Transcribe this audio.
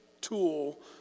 tool